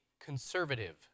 conservative